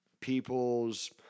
People's